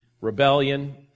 Rebellion